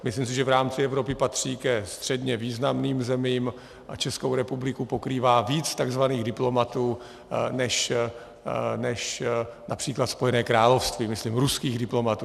Myslím, že v rámci Evropy patří ke středně významným zemím, a Českou republiku pokrývá víc tzv. diplomatů než například Spojené království, myslím ruských diplomatů.